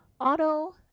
Auto